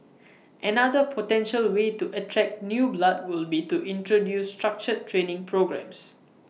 another potential way to attract new blood would be to introduce structured training programmes